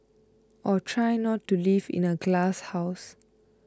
or try not to live in a glasshouse